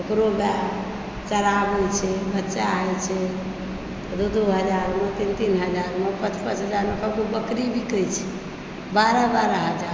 ओकरो बच्चा चराबए छै बच्चा होइत छै दू दू हजार मे तीन तीन हजार मे पाँच पाँच हजार मे एक एकगो बकरी बिकै छै बारह बारह हजार मे